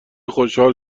خوشحال